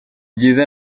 byiza